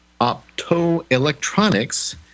Optoelectronics